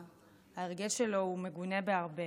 ההרגל שלו הוא מגונה בהרבה,